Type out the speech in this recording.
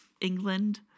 England